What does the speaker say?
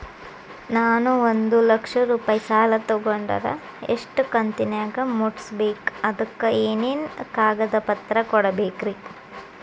ನಾನು ಒಂದು ಲಕ್ಷ ರೂಪಾಯಿ ಸಾಲಾ ತೊಗಂಡರ ಎಷ್ಟ ಕಂತಿನ್ಯಾಗ ಮುಟ್ಟಸ್ಬೇಕ್, ಅದಕ್ ಏನೇನ್ ಕಾಗದ ಪತ್ರ ಕೊಡಬೇಕ್ರಿ?